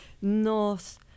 nos